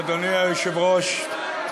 אדוני היושב-ראש,